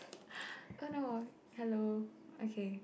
oh no hello okay